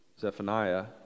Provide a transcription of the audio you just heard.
Zephaniah